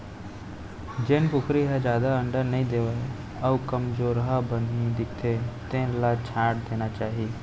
जेन कुकरी ह जादा अंडा नइ देवय अउ कमजोरहा बानी दिखथे तेन ल छांट देना चाही